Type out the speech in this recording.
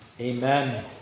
Amen